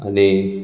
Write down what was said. आनी